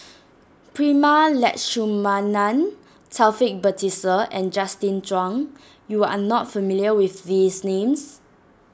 Prema Letchumanan Taufik Batisah and Justin Zhuang you are not familiar with these names